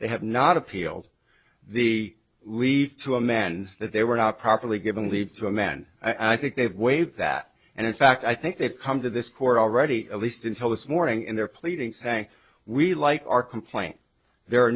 they have not appealed the leave to a man that they were not properly given leave to a man i think they've waive that and in fact i think they've come to this court already at least until this morning in their pleading saying we like our complaint there are